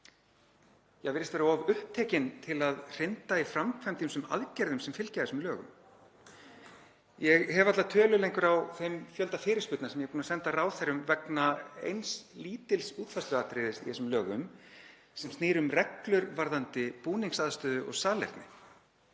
virðist vera of upptekin til að hrinda í framkvæmd ýmsum aðgerðum sem fylgja þessum lögum. Ég hef varla tölu lengur á þeim fjölda fyrirspurna sem ég búinn að senda ráðherrum vegna eins lítils útfærsluatriðis í þessum lögum sem snýr að reglum varðandi búningsaðstöðu og salerni.